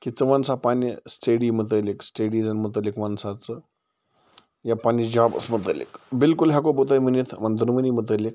کہِ ژٕ وَن سا پننہِ سٹیڈی متعلق سٹیڈیٖزَن متعلق وَن سا ژٕ یا پَننِس جابَس متعلق بلکل ہیٚکہو بہٕ تۄہہِ ؤنِتھ یِمن دۄنؤنی متعلق